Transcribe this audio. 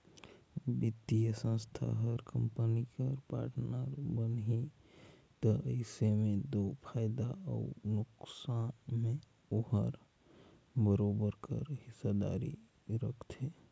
बित्तीय संस्था हर कंपनी कर पार्टनर बनही ता अइसे में दो फयदा अउ नोसकान में ओहर बरोबेर कर हिस्सादारी रखथे